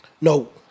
No